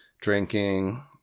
drinking